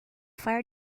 fire